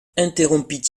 interrompit